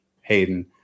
Hayden